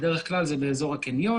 בדרך כלל זה באזור הקניון,